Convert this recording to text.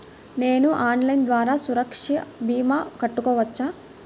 నేను ఆన్లైన్ ద్వారా సురక్ష భీమా కట్టుకోవచ్చా?